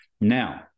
Now